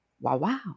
Wow